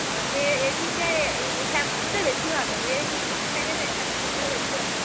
ও তো এলজিটা স্যামসুংটাই বেশি ভালো এলজির থেকে স্যামসুংটা বেশি ভালো